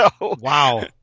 Wow